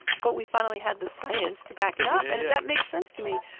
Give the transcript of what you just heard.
but we finally had the science to back it up, and that makes sense to me.